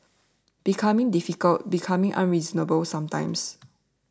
becoming difficult becoming unreasonable sometimes